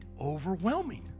overwhelming